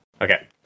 Okay